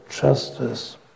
justice